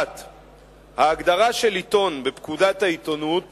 1. ההגדרה של עיתון בפקודת העיתונות